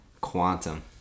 Quantum